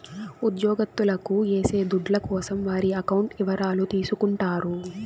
ఉద్యోగత్తులకు ఏసే దుడ్ల కోసం వారి అకౌంట్ ఇవరాలు తీసుకుంటారు